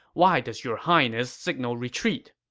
why does your highness signal retreat?